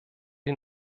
ihn